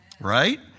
Right